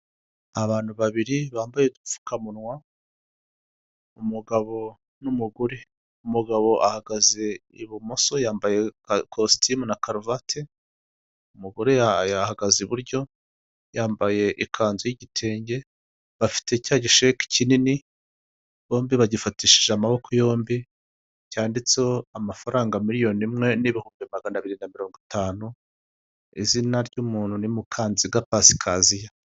Abantu babiri bambaye udupfukamunwa umugabo n'umugore, umugabo ahagaze ibumoso yambaye ikositimu na karuvati, umugore ahagaze iburyo, yambaye ikanzu y'igitenge, bafite cya gisheki kinini bombi bagifatishije amaboko yombi, cyanditseho amafaranga miliyoni imwe n'ibihumbi magana abiri na mirongo itanu, izina ry'umuntu ni Mukanziga pasikaziya.